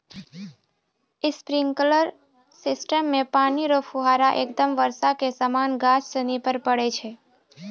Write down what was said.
sprinkler system मे पानी रो फुहारा एकदम बर्षा के समान गाछ सनि पर पड़ै छै